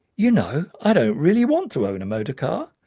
you know i don't really want to own a motor car.